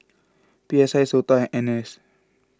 P S I Sota and N S